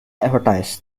advertise